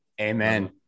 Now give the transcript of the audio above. amen